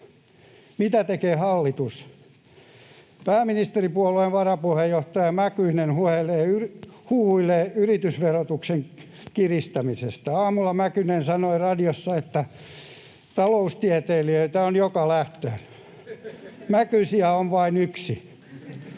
Mitä tekee hallitus? Pääministeripuolueen varapuheenjohtaja Mäkynen huhuilee yritysverotuksen kiristämistä. Aamulla Mäkynen sanoi radiossa, että taloustieteilijöitä on joka lähtöön. Mäkysiä on vain yksi.